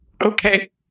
Okay